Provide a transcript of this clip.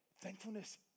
thankfulness